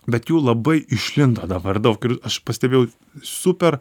bet jų labai išlindo dabar daug ir aš pastebėjau super